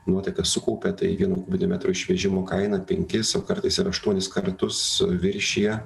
nuotekas sukaupia tai vieno kubinio metro išvežimo kaina penkis o kartais ir aštuonis kartus viršija